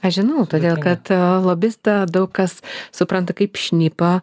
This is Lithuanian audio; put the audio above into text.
aš žinau todėl kad lobistą daug kas supranta kaip šnipą